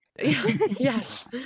Yes